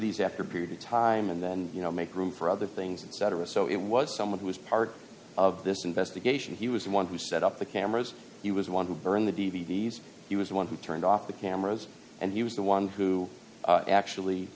these after a period of time and then you know make room for other things and cetera so it was someone who was part of this investigation he was the one who set up the cameras he was one to burn the d v d s he was the one who turned off the cameras and he was the one who actually